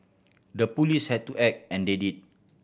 the police had to act and they did